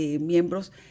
miembros